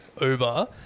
Uber